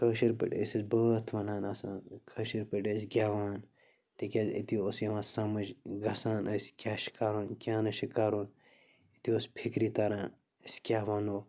کٲشِر پٲٹھۍ أسۍ ٲسۍ بٲتھ وَنان آسان کٲشِر پٲٹھۍ ٲسۍ گٮ۪وان تِکیٛازِ أتی اوس یِوان سمٕجھ گَژھان ٲسۍ کیٚاہ چھِ کَرُن کیٛاہ نہٕ چھِ کَرُن أتی اوس فِکرِ تَران أسۍ کیٛاہ وَنو